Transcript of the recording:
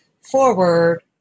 forward